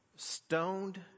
stoned